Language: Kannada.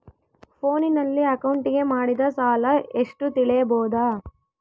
ಫೋನಿನಲ್ಲಿ ಅಕೌಂಟಿಗೆ ಮಾಡಿದ ಸಾಲ ಎಷ್ಟು ತಿಳೇಬೋದ?